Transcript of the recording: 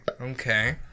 Okay